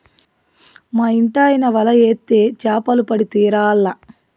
మా ఇంటాయన వల ఏత్తే చేపలు పడి తీరాల్ల